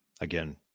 Again